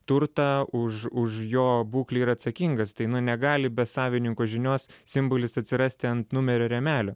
turtą už už jo būklę yra atsakingas tai nu negali be savininko žinios simbolis atsirasti ant numerio rėmelio